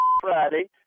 Friday